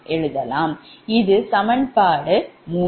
இது சமன்பாடு 3